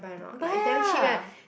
buy ah